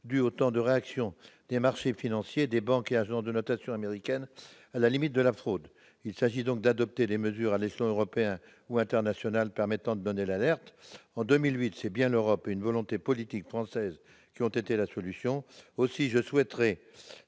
dû au temps de réaction des marchés financiers, des banques et agences de notation américaines, à la limite de la fraude. Il s'agit donc d'adopter des mesures à l'échelon européen ou international permettant de donner l'alerte. En 2008, c'est bien l'Europe et une volonté politique française qui ont été la solution. Aussi, je souhaiterais